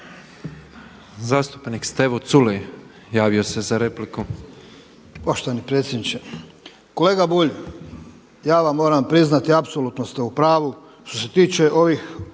Zastupnik Stevo Culej javio se za repliku. **Culej, Stevo (HDZ)** Poštovani predsjedniče. Kolega Bulj, ja vam moram priznati apsolutno ste u pravu što se tiče ovih